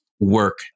Work